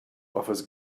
offers